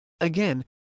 Again